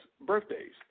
Birthdays